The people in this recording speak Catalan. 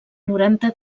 noranta